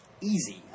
easy